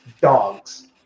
dogs